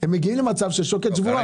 הם מגיעים לשוקת שבורה.